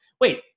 wait